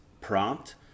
prompt